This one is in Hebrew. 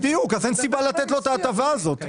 אין סיבה לתת לו את ההטבה הזאת.